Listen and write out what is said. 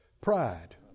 pride